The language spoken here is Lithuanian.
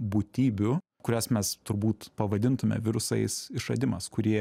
būtybių kurias mes turbūt pavadintume virusais išradimas kurie